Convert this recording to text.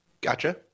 Gotcha